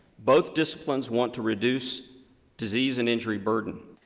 both disciplines want to reduce disease and injury burden.